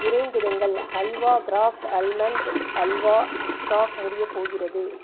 விரைந்திடுங்கள் halwa craft almond halwa stock முடியப் போகிறது